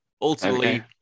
Ultimately